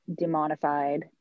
demonified